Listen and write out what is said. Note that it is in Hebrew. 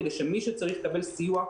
כדי שמי שצריך לקבל סיוע,